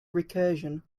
recursion